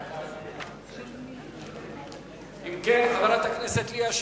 אם כן, חברת הכנסת ליה שמטוב.